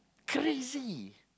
crazy